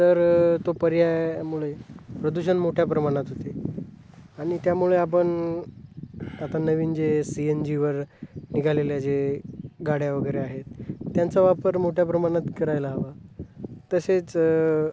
तर तो पर्यायामुळे प्रदूषण मोठ्या प्रमाणात होते आणि त्यामुळे आपण आता नवीन जे सी एन जीवर निघालेल्या जे गाड्या वगैरे आहेत त्यांचा वापर मोठ्या प्रमाणात करायला हवा तसेच